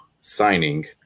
signing